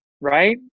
Right